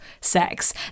sex